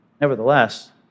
Nevertheless